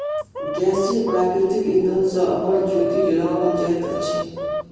गैसीय प्राकृतिक इंधन सॅ अमर ज्योति जराओल जाइत अछि